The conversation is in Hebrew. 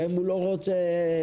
אם הוא לא רוצה 15%,